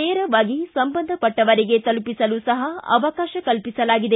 ನೇರವಾಗಿ ಸಂಬಂಧಪಟ್ಟವರಿಗೆ ತಲುಪಿಸಲು ಸಹ ಅವಕಾಶ ಕಲ್ಪಿಸಲಾಗಿದೆ